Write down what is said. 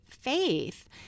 Faith